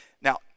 Now